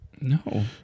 No